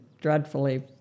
dreadfully